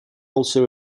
also